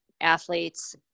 athletes